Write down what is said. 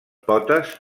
potes